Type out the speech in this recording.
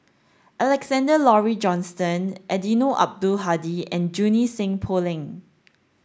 Alexander Laurie Johnston Eddino Abdul Hadi and Junie Sng Poh Leng